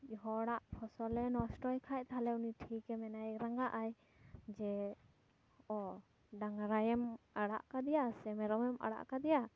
ᱦᱚᱲᱟᱜ ᱯᱷᱚᱥᱚᱞᱮ ᱱᱚᱥᱴᱚᱭ ᱠᱷᱟᱱ ᱛᱟᱦᱚᱞᱮ ᱩᱱᱤ ᱴᱷᱤᱠᱮ ᱢᱮᱱᱟᱭ ᱨᱟᱸᱜᱟᱜ ᱟᱭ ᱡᱮ ᱚ ᱰᱟᱝᱨᱟᱭᱮᱢ ᱟᱲᱟᱜ ᱟᱠᱟᱫᱮᱭᱟ ᱥᱮ ᱢᱮᱨᱚᱢᱮᱢ ᱟᱲᱟᱜ ᱟᱠᱟᱫᱮᱭᱟ